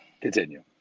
Continue